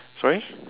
sorry